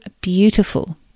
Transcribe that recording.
beautiful